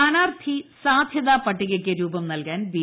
സ്ഥാനാർത്ഥി സാധ്യത പട്ടികയ്ക്ക്ക് രൂപം നൽകാൻ ബി